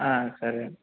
సరే